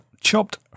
chopped